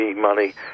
money